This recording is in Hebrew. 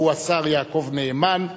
והוא השר יעקב נאמן,